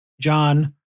John